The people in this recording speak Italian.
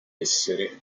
essere